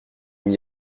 n’y